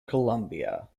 columbia